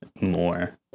more